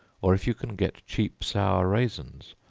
or if you can get cheap sour raisins,